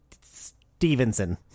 Stevenson